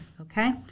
Okay